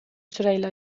süreyle